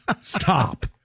Stop